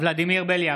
ולדימיר בליאק,